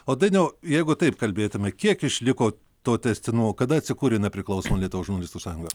o dainiau jeigu taip kalbėtume kiek išliko to tęstinumo kada atsikūrė nepriklausoma lietuvos žurnalistų sąjunga